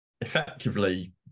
effectively